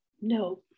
No